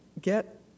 get